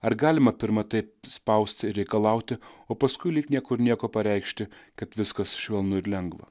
ar galima pirma taip spausti reikalauti o paskui lyg niekur nieko pareikšti kad viskas švelnu ir lengva